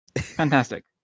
Fantastic